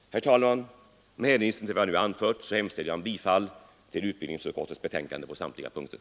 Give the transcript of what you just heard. Herr talman! Med hänvisning till vad jag nu anfört yrkar jag bifall till utbildningsutskottets hemställan på samtliga punkter.